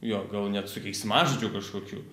jo gal net su keiksmažodžiu kažkokiu